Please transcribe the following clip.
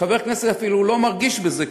חבר הכנסת אפילו לא מרגיש בזה,